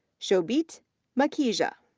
shobit makhija,